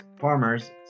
farmers